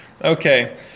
Okay